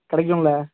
கடைக்கும்ல